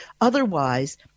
Otherwise